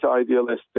idealistic